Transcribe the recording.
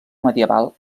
medieval